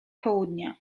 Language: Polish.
południa